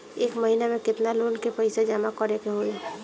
एक महिना मे केतना लोन क पईसा जमा करे क होइ?